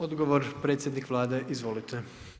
Odgovor predsjednik Vlade, izvolite.